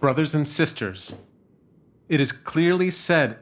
brothers and sisters it is clearly said